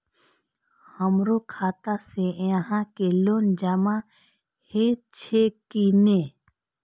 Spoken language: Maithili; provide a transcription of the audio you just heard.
हमरो खाता से यहां के लोन जमा हे छे की ने?